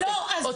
לא, לא, לא.